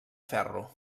ferro